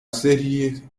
serie